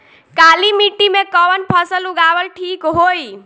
काली मिट्टी में कवन फसल उगावल ठीक होई?